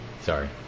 Sorry